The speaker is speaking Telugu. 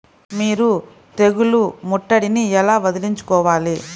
మీరు తెగులు ముట్టడిని ఎలా వదిలించుకోవాలి?